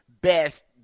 best